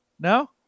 No